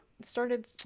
started